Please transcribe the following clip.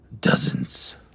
dozens